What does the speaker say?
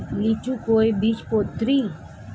লিচু কয় বীজপত্রী?